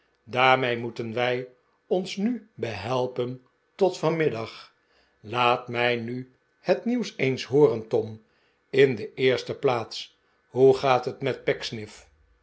daarmee moeten wij ons nu behelpen tot vanmiddag laat mij nu het nieuws eens hooren tom in de eerste plaats hoe gaat het met